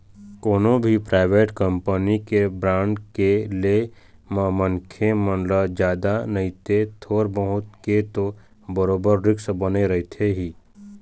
कोनो भी private company के बांड के ले म मनखे मन ल जादा नइते थोर बहुत के तो बरोबर रिस्क बने रहिथे ही